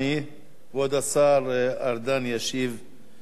כבוד השר ארדן ישיב למציעים.